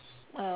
uh